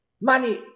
Money